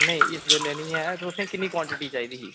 नेईं इस वेल्ले नेईं ऐ तुसें किन्नी क्वांटिटी चाहिदी ही